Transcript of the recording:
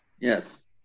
yes